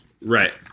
Right